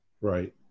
Right